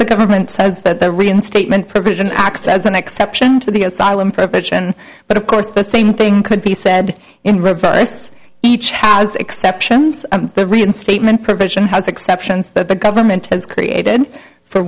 the government says that the reinstatement provision acts as an exception to the asylum prevention but of course the same thing could be said in reverse each has exceptions the reinstatement provision has exceptions that the government has created for